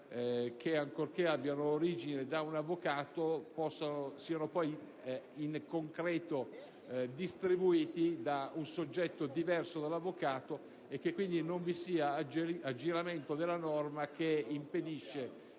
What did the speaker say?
che, ancorché abbiano origine da un avvocato, siano poi in concreto distribuiti da un soggetto diverso dall'avvocato e che non possa dunque esservi aggiramento della norma che impedisce